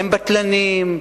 הם בטלנים,